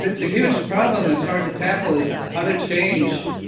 the the huge problem that's hard to tackle is how to change